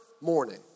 morning